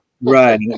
Right